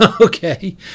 okay